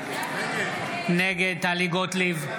נגד טלי גוטליב,